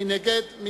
מי נגד?